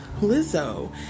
Lizzo